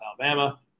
Alabama